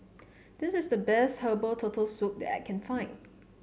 this is the best Herbal Turtle Soup that I can find